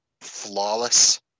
flawless